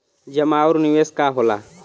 जमा और निवेश का होला?